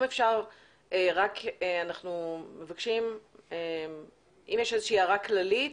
רק מבקשים אם יש איזושהי הערה כללית